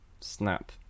Snap